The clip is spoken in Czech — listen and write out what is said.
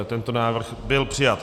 Tento návrh byl přijat.